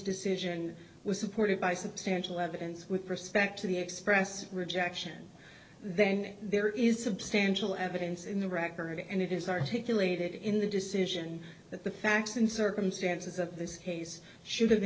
decision was supported by substantial evidence with respect to the express rejection then there is substantial evidence in the record and it is articulated in the decision that the facts and circumstances of this case sh